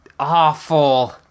awful